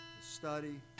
study